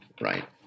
right